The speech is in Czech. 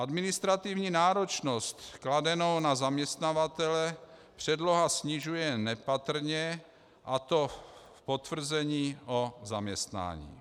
Administrativní náročnost kladenou na zaměstnavatele předloha snižuje nepatrně, a to v potvrzení o zaměstnání.